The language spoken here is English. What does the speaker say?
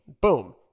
Boom